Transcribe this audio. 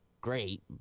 great